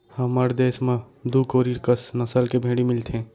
हमर देस म दू कोरी कस नसल के भेड़ी मिलथें